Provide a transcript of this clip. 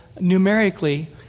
numerically